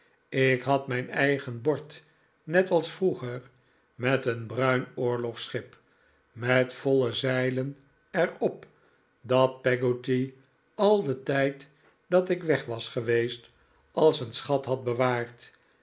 ik had mijn eigen bord net als vroeger met een bruin oorlogsschip met voile zeilen er op dat peggotty al den tijd dat ik weg was geweest als een schat had bewaard